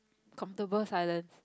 comfortable silence